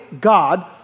God